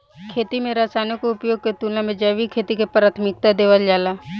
खेती में रसायनों के उपयोग के तुलना में जैविक खेती के प्राथमिकता देवल जाला